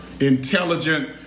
intelligent